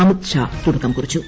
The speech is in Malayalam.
അമിത്ഷാ തുടക്കം ്കുപിച്ചു